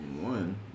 one